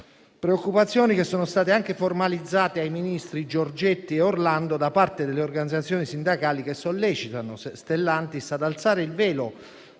preoccupazioni sono state anche formalizzate ai ministri Giorgetti e Orlando da parte delle organizzazioni sindacali che sollecitano Stellantis ad alzare il velo sulle